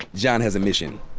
john has a mission.